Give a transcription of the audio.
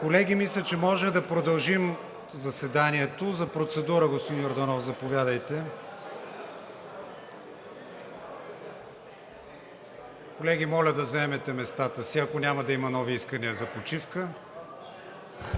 Колеги, мисля, че може да продължим заседанието. За процедура – господин Йорданов, заповядайте. (Шум и реплики.) Колеги, моля да заемете местата си, ако няма да има нови искания за почивка!